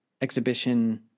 exhibition